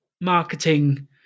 marketing